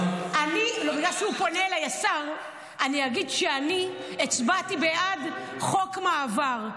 אני אגיד שאני הצבעתי בעד חוק מעבר.